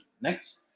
next